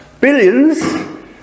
billions